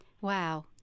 Wow